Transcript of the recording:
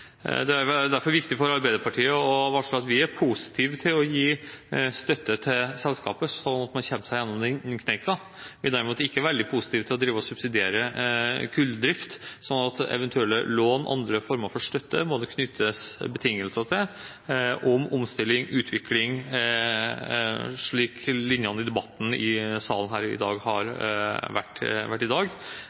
Det er derfor viktig for Arbeiderpartiet å varsle at vi er positive til å gi støtte til selskapet, slik at man kommer seg gjennom den kneika. Vi er derimot ikke veldig positive til å drive og subsidiere kulldrift, så eventuelle lån og andre former for støtte må det knyttes betingelser til om omstilling og utvikling, slik linjene i debatten i salen her i dag har vært. På kort sikt må også selskapet settes i